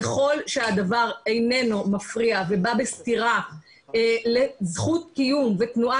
ככל שהדבר איננו מפריע ובא בסתירה לזכות קיום ותנועה